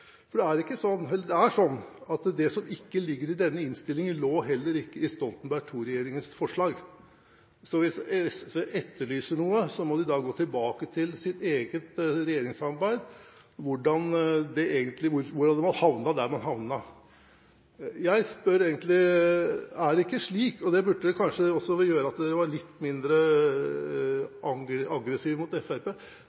Men det som ikke ligger i denne innstillingen, lå heller ikke i Stoltenberg II-regjeringens forslag. Så hvis SV etterlyser noe, må de gå tilbake til sitt eget regjeringssamarbeid og se hvordan det har havnet der det har havnet. Jeg spør – og det burde kanskje også gjøre at man var litt mindre aggressiv mot Fremskrittspartiet: Er det ikke slik at